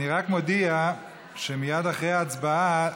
אני רק מודיע שמייד אחרי ההצבעה,